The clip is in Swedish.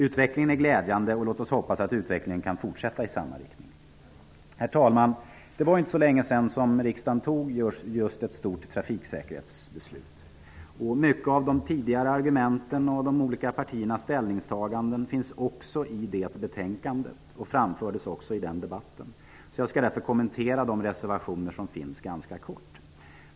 Utvecklingen är glädjande. Låt oss hoppas att utvecklingen kan fortsätta i samma riktning. Herr talman! Det var inte så länge sedan riksdagen fattade ett stort trafiksäkerhetsbeslut. Många av de tidigare argumenten och de olika partiernas ställningstaganden finns också i betänkandet vilka också framfördes i debatten. Därför skall jag ganska kort kommentera reservationerna.